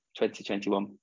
2021